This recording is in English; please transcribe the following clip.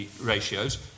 ratios